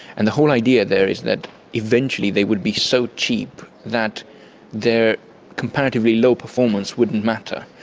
and the whole idea there is that eventually they would be so cheap that their comparatively low performance wouldn't matter.